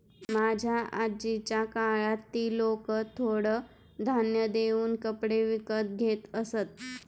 माझ्या आजीच्या काळात ती लोकं थोडं धान्य देऊन कपडे विकत घेत असत